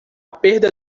perda